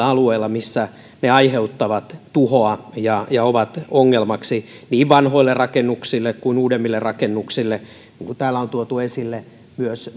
alueilla missä ne aiheuttavat tuhoa ja ja ovat ongelmaksi niin vanhoille rakennuksille kuin uudemmille rakennuksille ja niin kuin täällä on tuotu esille myös